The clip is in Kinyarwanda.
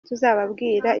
tuzababwira